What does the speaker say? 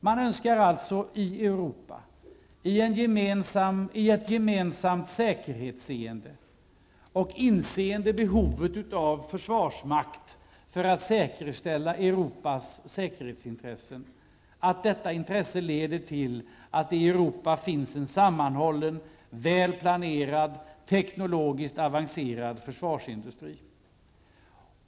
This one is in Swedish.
Man önskar alltså i Europa i säkerhetspolitiskt hänseende, och då i gemenskap, och utifrån insikten om behovet av en försvarsmakt för att säkerställa Europas säkerhetsintressen att detta intresse leder till att det i Europa finns en sammanhållen, väl planerad och teknologiskt avancerad försvarsindustri.